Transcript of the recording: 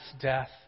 death